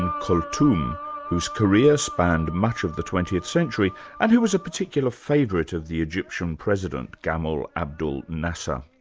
umm kulthum whose career spanned much of the twentieth century and who was a particular favourite of the egyptian president, gamal abdul nasser.